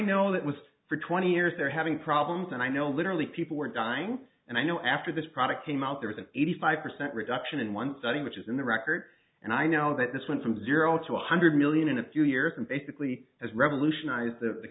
know that was for twenty years they're having problems and i know literally people are dying and i know after this product came out there's an eighty five percent reduction in one study which is in the record and i know that this went from zero to a hundred million in a few years and basically has revolutionized the the